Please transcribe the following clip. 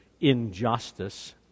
injustice